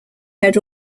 had